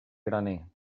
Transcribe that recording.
graner